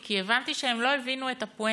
כי הבנתי שהם לא הבינו את הפואנטה.